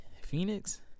Phoenix